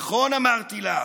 נכון, אמרתי לה,